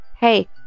hey